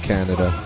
Canada